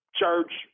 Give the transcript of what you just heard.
church